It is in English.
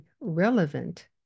relevant